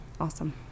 Awesome